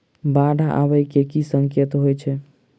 बाढ़ आबै केँ की संकेत होइ छै?